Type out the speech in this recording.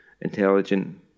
intelligent